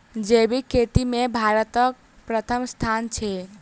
जैबिक खेती मे भारतक परथम स्थान छै